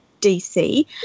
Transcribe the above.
dc